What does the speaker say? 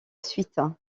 suite